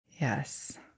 Yes